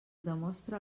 demostra